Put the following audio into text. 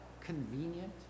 convenient